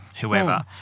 whoever